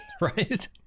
right